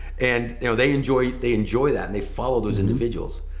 and you know they enjoy, they enjoy that. and they follow those individuals.